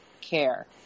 care